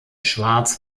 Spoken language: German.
schwarz